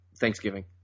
Thanksgiving